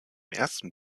ersten